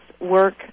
work